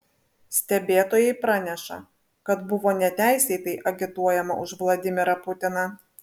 stebėtojai praneša kad buvo neteisėtai agituojama už vladimirą putiną